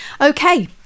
okay